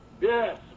Yes